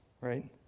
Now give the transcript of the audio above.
right